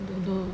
don't know